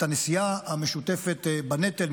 את הנשיאה המשותפת בנטל,